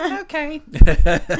Okay